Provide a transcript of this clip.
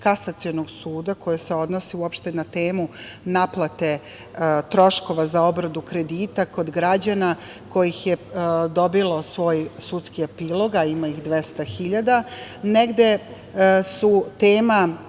Kasacionog suda, koje se odnosi uopšte na temu naplate troškova za obradu kredita, kod građana kojih je dobilo svoj sudski epilog, a ima ih 200 hiljada, negde su tema